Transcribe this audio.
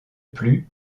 plus